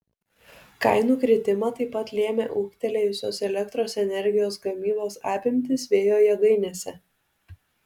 kainų kritimą taip pat lėmė ūgtelėjusios elektros energijos gamybos apimtys vėjo jėgainėse